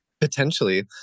Potentially